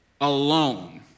alone